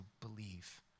believe